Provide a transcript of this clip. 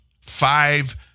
five